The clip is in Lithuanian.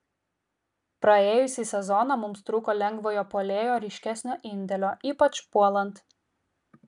praėjusį sezoną mums trūko lengvojo puolėjo ryškesnio indėlio ypač puolant